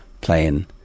playing